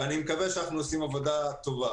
ואני מקווה שאנחנו עושים עבודה טובה.